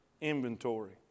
inventory